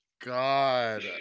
God